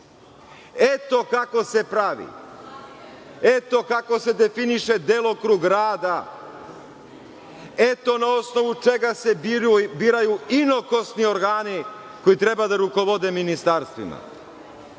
Eto kako se pravi, eto kako se definiše delokrug rada, eto na osnovu čega se biraju inokosni organi koji treba da rukovode ministarstvima.